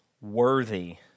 worthy